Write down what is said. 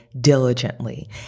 diligently